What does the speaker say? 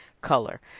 color